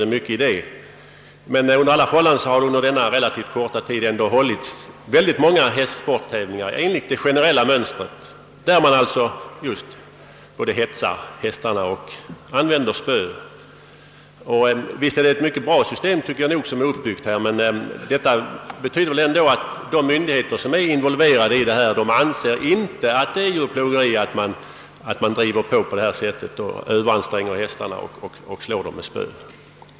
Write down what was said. Det kan visserligen vara sant, men under denna korta tid har många hästsporttävlingar hållits enligt det generella mönstret, varvid man alltså både hetsar hästarna och använder spö. Det kontrollsystem som är uppbyggt är visserligen bra, men de myndigheter som är involverade anser inte att det är djurplågeri om man Ööveranstränger hästarna på detta sätt och slår dem med spö.